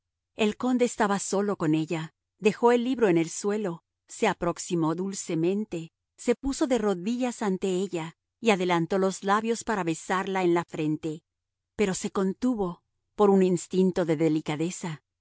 el conde estaba solo con ella dejó el libro en el suelo se aproximó dulcemente se puso de rodillas ante ella y adelantó los labios para besarla en la frente pero se contuvo por un instinto de delicadeza